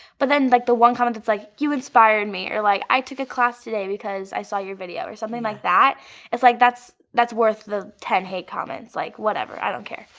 but then like the one comment that's like, you inspired me, or like i took a class today because i saw your video, or something like that it's like that's that's worth the ten hate comments. like, whatever i don't care.